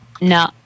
No